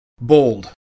Bold